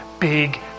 big